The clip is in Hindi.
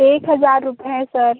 एक हज़ार रुपये है सर